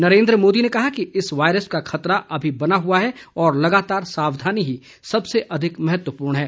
नरेंद्र मोदी ने कहा कि इस वायरस का खतरा अभी बना हुआ है और लगातार सावधानी ही सबसे अधिक महत्वपूर्ण है